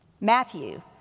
Matthew